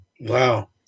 Wow